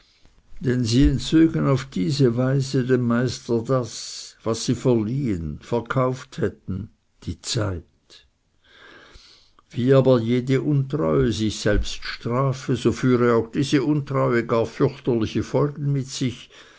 denn sie entzögen auf diese weise dem meister das was sie verliehen verkauft hätten die zeit wie aber jede untreue sich selbst strafe so führe auch diese untreue gar fürchterliche folgen mit sich